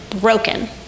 broken